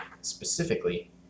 specifically